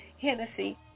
Hennessy